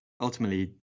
ultimately